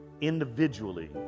individually